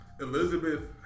Elizabeth